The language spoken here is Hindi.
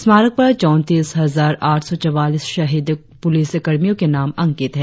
स्मारक पर चौंतीस हजार आठ सौ चवालीस शहीद पुलिसकर्मियो के नाम अंकित है